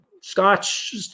scotch